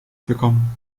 bekommen